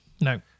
no